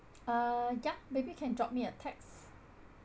uh ya maybe can drop me a text